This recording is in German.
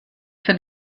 für